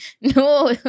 No